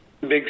big